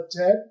Ted